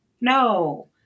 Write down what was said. no